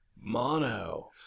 Mono